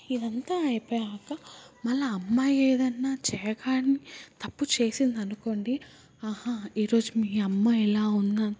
ఇది అంత అయిపోయాక మళ్ళీ అమ్మాయి ఏదన్న చెయ్యకాని తప్పు చేసిందనుకోండి ఆహా ఈరోజు మీ అమ్మాయి ఇలా ఉన్న